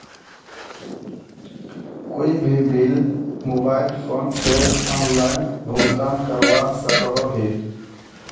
कोई भी bill mobile phone से ऑनलाइन भुगतान करवा सकोहो ही?